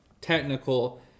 technical